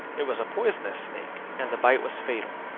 it was a poisonous snake, and the bite was fatal,